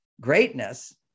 greatness